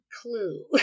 clue